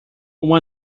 uma